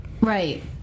Right